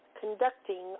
conducting